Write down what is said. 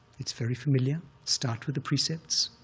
it's very familiar. start with the precepts.